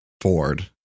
Ford